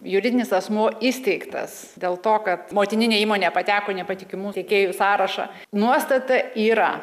juridinis asmuo įsteigtas dėl to kad motininė įmonė pateko į nepatikimų tiekėjų sąrašą nuostata yra